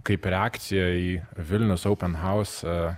kaip reakcija į vilnius open house